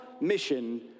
mission